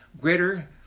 greater